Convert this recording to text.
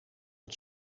het